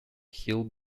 hill